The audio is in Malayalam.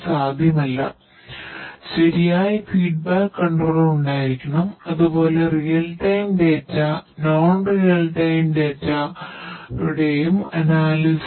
ഈ വ്യത്യസ്ത ആട്രിബ്യൂട്ടുകളുമായിമായി ബന്ധപ്പെട്ട്ഞ ഞങ്ങൾ അവതരിപ്പിക്കാനും വിശകലനം ചെയ്യാനും പോകുന്ന കേസുകൾ നിങ്ങൾ നോക്കി കാണു